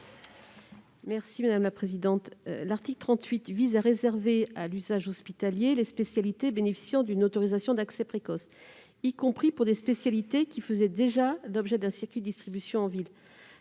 est à Mme la rapporteure. L'article 38 prévoit de réserver à l'usage hospitalier les spécialités bénéficiant d'une autorisation d'accès précoce, y compris pour des spécialités qui faisaient déjà l'objet d'un circuit de distribution en ville.